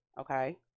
okay